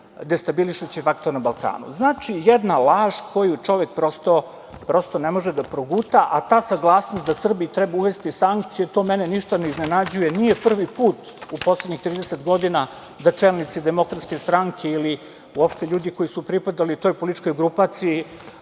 destabilišući faktor na Balkanu. Znači, jedna laž koju čovek prosto ne može da proguta, a ta saglasnost da Srbiji treba uvesti sankcije, to mene ništa ne iznenađuje. Nije prvi put u poslednjih 30 godina da čelnici DS ili uopšte ljudi koji su pripadali toj političkoj grupaciji